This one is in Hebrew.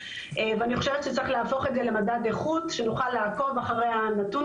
ואני חושבת שצריך להפוך את זה למדד איכות שנוכל לעקוב אחרי הנתון